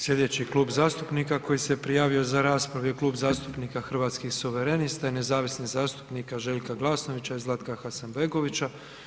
Sljedeći klub zastupnika koji se prijavio za raspravu je Kluba zastupnika Hrvatskih suverenista i nezavisnih zastupnika Željka Glasnovića i Zlatka Hasanbegovića.